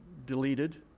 deleted.